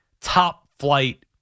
top-flight